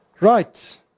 Right